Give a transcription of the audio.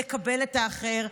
לקבל את האחר,